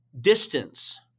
distance